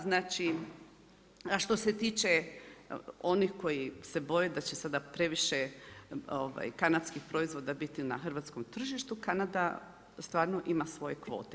Znači, a što se tiče onih koji se boje da će sada previše kanadskih proizvoda biti na hrvatskom tržištu Kanada stvarno ima svoje kvote.